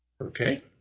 Okay